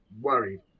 worried